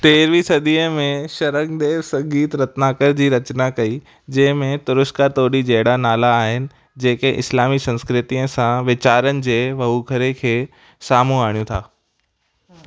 तेरहंवी सदीअ में शरंगदेव संगीत रत्नाकर जी रचना कई जंहिं में तुरुष्का टोडी जहिड़ा नाला आहिनि जेके इस्लामी संस्कृतीअ सां विचारनि जे वहुखरे खे साम्हूं आणणु था